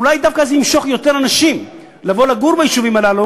אולי דווקא זה ימשוך יותר אנשים לבוא לגור ביישובים הללו,